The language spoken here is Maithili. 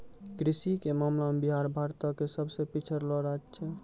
कृषि के मामला मे बिहार भारतो के सभ से पिछड़लो राज्य छै